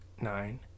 nine